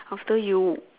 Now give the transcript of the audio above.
after you